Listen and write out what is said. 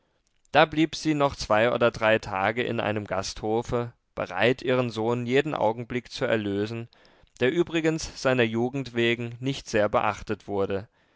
da blieb sie noch zwei oder drei tage in einem gasthofe bereit ihren sohn jeden augenblick zu erlösen der übrigens seiner jugend wegen nicht sehr beachtet wurde